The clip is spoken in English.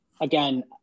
again